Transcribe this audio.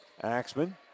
Axman